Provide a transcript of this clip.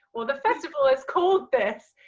or the festival is called this